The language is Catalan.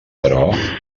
però